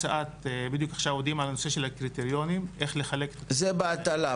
בדיוק עכשיו עובדים על נושא הקריטריונים איך לחלק --- זה בהטלה.